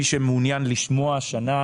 מי שמעוניין לשמוע השנה,